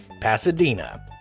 Pasadena